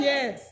Yes